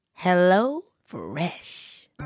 HelloFresh